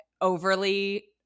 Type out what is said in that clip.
overly